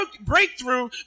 breakthrough